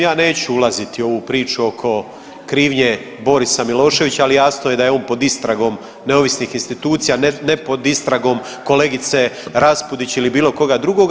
Ja neću ulaziti u ovu priču oko krivnje Borisa Miloševića, ali jasno je da je on pod istragom neovisnih institucija, ne pod istragom kolegice Raspudić ili bilo koga drugoga.